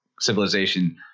civilization